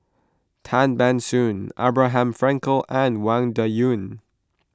Tan Ban Soon Abraham Frankel and Wang Dayuan